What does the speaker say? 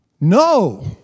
No